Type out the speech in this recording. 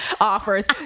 Offers